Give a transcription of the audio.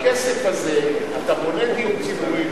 בכסף הזה אתה בונה דיור ציבורי,